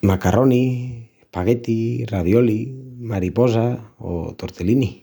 Macarronis, espaguetis, raviolis, mariposas o tortelinis.